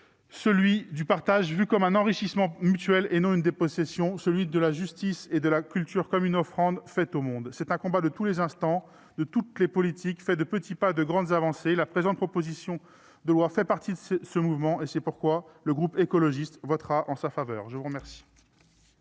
celui du partage vu comme un enrichissement mutuel, et non une dépossession, celui de la justice et de la culture comme offrande faite au monde. C'est un combat de tous les instants, de toutes les politiques, fait de petits pas et de grandes avancées. La présente proposition de loi participe de ce mouvement. C'est pourquoi le groupe Écologiste - Solidarité et Territoires votera en